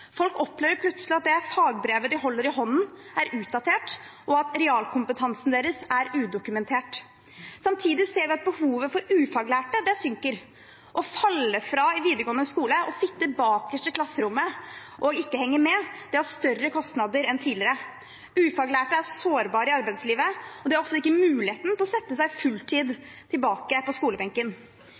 Folk opplever plutselig at det fagbrevet de holder i hånden, er utdatert, og at realkompetansen deres er udokumentert. Samtidig ser vi at behovet for ufaglærte synker. Å falle fra i videregående skole og å sitte bakerst i klasserommet og ikke henge med har større kostnader enn tidligere. Ufaglærte er sårbare i arbeidslivet, og de har ofte ikke muligheten til å sette seg på fulltid tilbake på skolebenken.